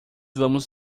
vamos